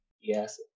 Yes